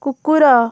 କୁକୁର